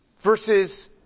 versus